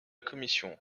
commission